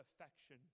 affection